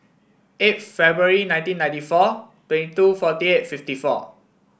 eight February nineteen ninety four twenty two forty eight fifty four